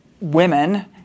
women